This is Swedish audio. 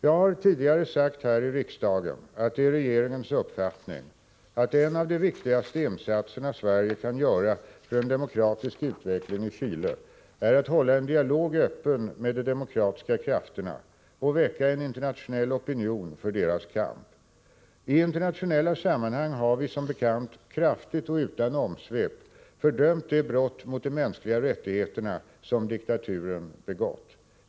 Jag har tidigare sagt här i riksdagen att det är regeringens uppfattning att en av de viktigaste insatserna Sverige kan göra för en demokratisk utveckling i Chile är att hålla en dialog öppen med de demokratiska krafterna och väcka en internationell opinion för deras kamp. I internationella sammanhang har vi, som bekant, kraftigt och utan omsvep fördömt de brott mot de mänskliga rättigheterna som diktaturen begått.